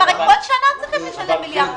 הרי בכל שנה הם צריכים לשלם 1.2 מיליארד שקל.